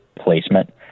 placement